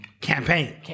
campaign